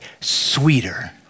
sweeter